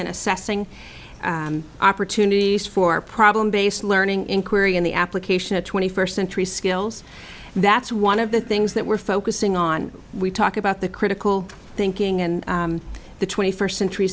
and assessing opportunities for problem based learning inquiry in the application of twenty first century skills that's one of the things that we're focusing on we talk about the critical thinking and the twenty first century